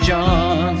John